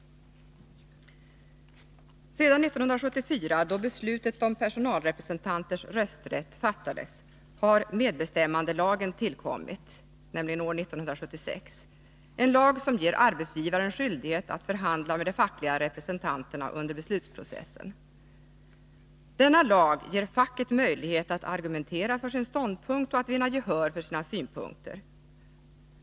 Sedan år 1974, då beslutet om personalrepresentanters rösträtt fattades, har medbestämmandelagen tillkommit år 1976 — en lag som ger arbetsgivaren skyldighet att förhandla med de fackliga representanterna under beslutsprocessen. Denna lag ger facket möjlighet att argumentera för sin ståndpunkt och att vinna gehör för sina synpunkter.